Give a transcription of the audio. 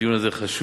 והדיון הזה חשוב.